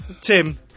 tim